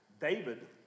David